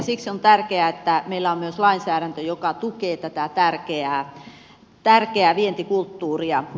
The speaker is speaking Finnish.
siksi on tärkeää että meillä on myös lainsäädäntö joka tukee tätä tärkeää vientikulttuuria